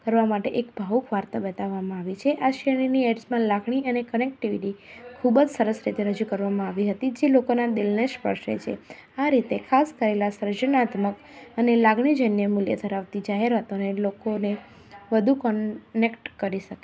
કરવા માટે એક ભાવુક વાર્તા બતાવવામાં આવી છે આ એડમાં લાગણી અને કનેક્ટિવિટી ખૂબ જ સરસ રીતે રજૂ કરવામાં આવી હતી જે લોકોના દીલને સ્પર્શે છે આ રીતે ખાસ કરેલા સર્જનાત્મક અને લાગણીજન્ય મૂલ્ય ધરાવતી જાહેરાતોને લોકોને વધુ કોનેક્ટ કરી શકે છે